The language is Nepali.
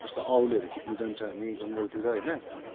जस्तो औलहरू खिच्नु जान्छु हामी जङ्गलतिर होइन